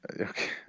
Okay